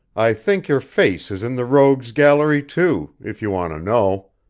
i think your face is in the rogues' gallery, too, if you want to know!